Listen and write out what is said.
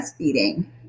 breastfeeding